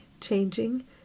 changing